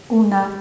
una